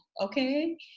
okay